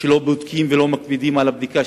שלא בודקים ולא מקפידים על הבדיקה,